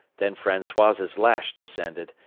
then francois's lash descended,